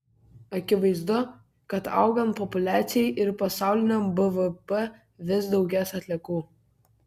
akivaizdu kad augant populiacijai ir pasauliniam bvp vis daugės atliekų